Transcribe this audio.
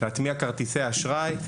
להטמיע כרטיסי אשראי,